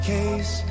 Case